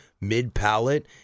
mid-palate